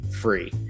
free